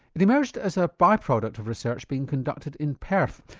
it emerged as a by-product of research being conducted in perth.